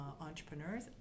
entrepreneurs